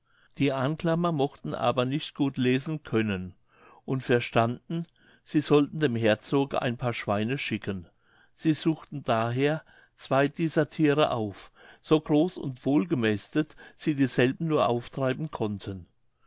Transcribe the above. die anklamer mochten aber nicht gut lesen können und verstanden sie sollten dem herzoge ein paar schweine schicken sie suchten daher zwei dieser thiere auf so groß und wohlgemästet sie dieselben nur auftreiben konnten